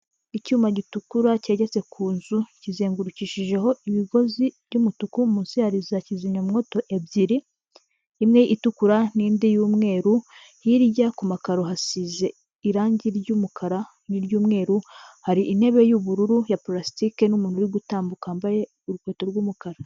Icyuma gitukura cyegetse ku nzu, kizengurukishijeho imigozi y'umutuku, munsi hari za kizimyawoto ebyiri imwe itukura n'indi y'umweru, hirya ku makaro hasize irangi ry'umukara n'iry'umweru, hari intebe y'ubururu ya palasitiki n'umuntu uri gutambukamba wambaye urukweto rw'umukara.